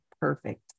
perfect